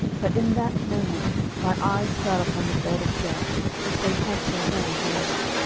but in that moment my eyes fell upon the bed of death which they had till then avoided.